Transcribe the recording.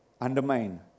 undermine